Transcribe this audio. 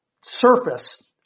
surface